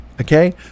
okay